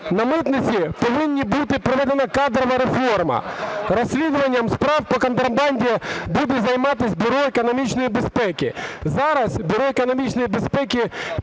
На митниці повинна бути проведена кадрова реформа. Розслідуванням справ по контрабанді буде займатись Бюро економічної безпеки. Зараз Бюро економічної безпеки